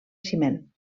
ciment